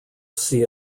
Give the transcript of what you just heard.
see